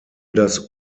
das